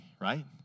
right